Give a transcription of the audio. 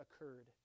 occurred